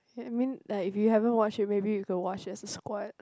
I mean like if you haven't watch it maybe we can watch it as a squad